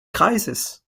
kreises